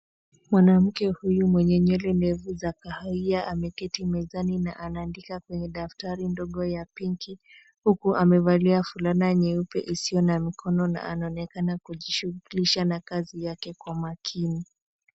Mwanamke huyu mwenye nywele ndefu za kahawia ameketi mezani na anaandika kwenye daftari ndogo ya pinki huku amevalia fulana nyeupe isiyo na mikono na anaonekana kujishughulisha na kazi yake kwa makini.